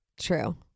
True